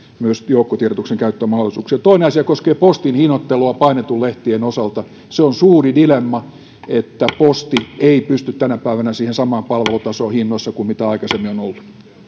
myös joukkotiedotuksen käyttömahdollisuuksia toinen asia koskee postin hinnoittelua painettujen lehtien osalta se on suuri dilemma että posti ei pysty tänä päivänä siihen samaan palvelutasoon hinnoissa kuin mitä aikaisemmin on ollut